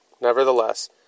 Nevertheless